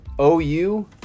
OU